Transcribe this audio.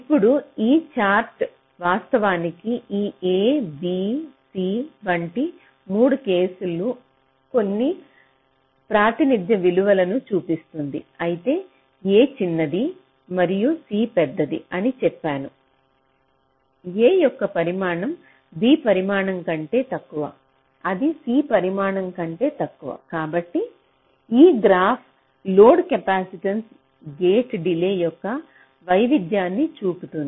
ఇప్పుడు ఈ చార్ట్ వాస్తవానికి ఈ A B C వంటి 3 కేసుల కొన్ని ప్రాతినిధ్య విలువలను చూపిస్తుంది అయితే A చిన్నది మరియు C పెద్దది అని చెప్పాను A యొక్క పరిమాణం B పరిమాణం కంటే తక్కువ అది C పరిమాణం కంటే తక్కువ కాబట్టి ఈ గ్రాఫ్ లోడ్ కెపాసిటెన్స్తో గేట్ డిలే యొక్క వైవిధ్యాన్ని చూపుతుంది